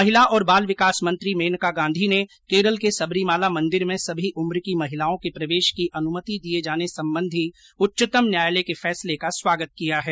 महिला और बाल विकास मंत्री मेनका गांधी ने केरल के सबरीमाला मंदिर में सभी उम्र की महिलाओं के प्रवेश की अनुमति दिये जाने संबंधी उच्चतम न्यायालय के फैसले का स्वागत किया है